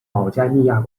保加利亚